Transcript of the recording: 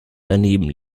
daneben